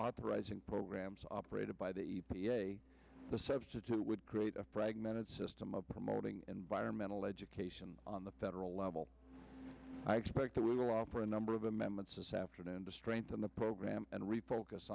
authorizing programs operated by the substitute would create a fragmented system of promoting environmental education on the federal level i expect that we will offer a number of amendments this afternoon to strengthen the program and refocus